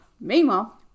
Meanwhile